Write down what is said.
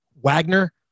Wagner